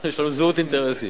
לנו יש זהות אינטרסים.